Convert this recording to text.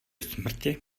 smrti